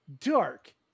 dark